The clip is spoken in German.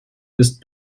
ist